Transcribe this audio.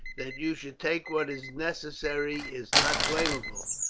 that you should take what is necessary is not blamable,